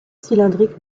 cylindrique